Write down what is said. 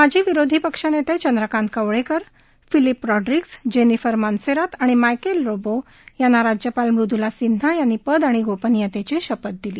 माजी विरोधी पक्ष नेते Chandrakant Kavlekar Philip Rodrigues Jennifer Monserrate आणि मायकल लोबो यांना राज्यपाल मुद्रला सिन्हा यांनी पद आणि गोपनियतेची शपथ दिली